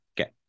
Okay